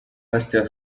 pastor